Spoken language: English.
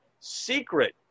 secret